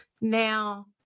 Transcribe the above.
Now